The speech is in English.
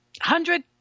Hundred